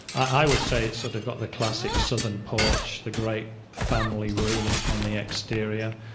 i would say, it's sort of got the classic southern porch, the great family room on the exterior.